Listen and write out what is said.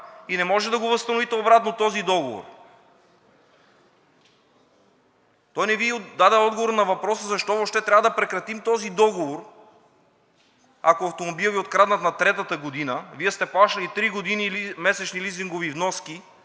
и не може да го възстановите обратно този договор. Той не Ви даде отговор на въпроса: защо въобще трябва да прекратим този договор, ако автомобилът Ви е откраднат на третата година? Вие сте плащали три години месечни лизингови вноски,